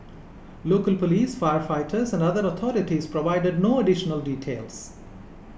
local police firefighters and other authorities provided no additional details